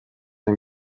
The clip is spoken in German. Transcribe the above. ein